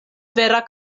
vera